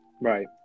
Right